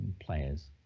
players